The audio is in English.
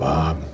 Bob